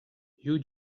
you